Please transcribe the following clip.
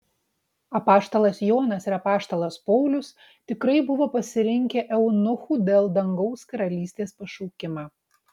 apaštalas jonas ir apaštalas paulius tikrai buvo pasirinkę eunuchų dėl dangaus karalystės pašaukimą